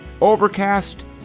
Overcast